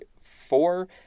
four